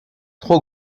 trop